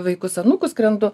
vaikus anūkus skrendu